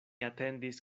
atendis